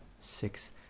six